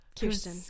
Kirsten